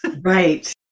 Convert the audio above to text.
Right